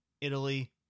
Italy